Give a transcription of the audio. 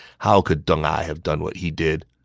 how could deng ai have done what he did?